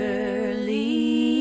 early